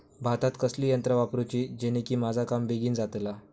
भातात कसली यांत्रा वापरुची जेनेकी माझा काम बेगीन जातला?